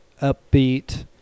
upbeat